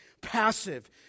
passive